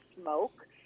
smoke